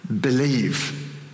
believe